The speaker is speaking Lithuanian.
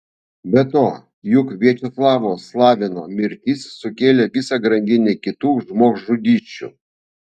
be to juk viačeslavo slavino mirtis sukėlė visą grandinę kitų žmogžudysčių